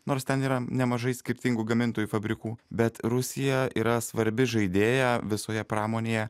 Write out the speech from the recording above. nors ten yra nemažai skirtingų gamintojų fabrikų bet rusija yra svarbi žaidėja visoje pramonėje